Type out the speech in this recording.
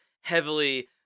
heavily